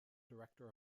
director